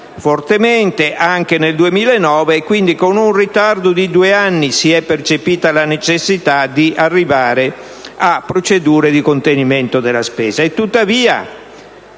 fortemente. Quindi, con un ritardo di due anni si è percepita la necessità di arrivare a procedure di contenimento della spesa.